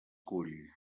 cull